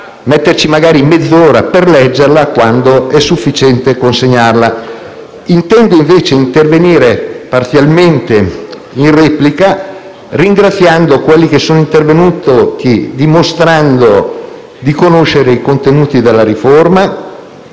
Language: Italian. impiegare magari mezz'ora per leggerla, quando è sufficiente consegnarla. Intendo invece intervenire parzialmente in replica, ringraziando quanti sono intervenuti dimostrando di conoscere i contenuti della riforma,